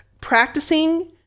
practicing